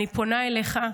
אני פונה אליך,